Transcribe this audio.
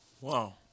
Wow